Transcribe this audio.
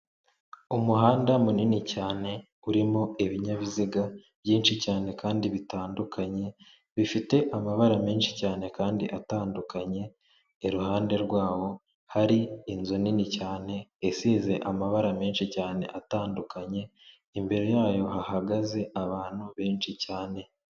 Umuhanda munini cyane urimo ibinyabiziga byinshi cyane kandi bitandukanye, bifite amabara menshi cyane kandi atandukanye, iruhande rwawo hari inzu nini cyane isize amabara menshi cyane atandukanye, imbere yayo hahagaze abantu benshi cyane.